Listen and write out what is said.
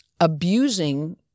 abusing